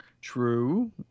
True